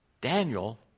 Daniel